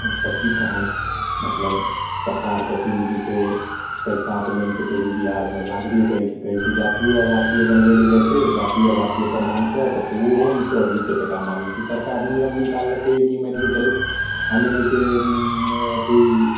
आओर सब कि कहब मतलब सरकारके अथीमे जे छै पैसा तऽ मानि कऽ चलु बिहारमे लागबे करै छै कहै छै जातियो आवासिये बनबैला जाइ छै जाति आवासिये प्रमाण पत्र तऽ ओहोमे सए दुइ सए टका माँगै छै सरकार नियम निकाललकैया कि मानि कऽ चलु हमे जे छै अथी